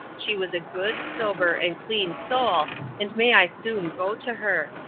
she was a good, sober and clean soul and may i soon go to her.